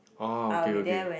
ah okay okay